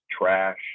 trash